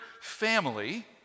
family